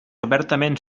obertament